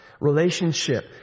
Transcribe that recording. relationship